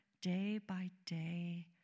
day-by-day